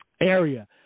area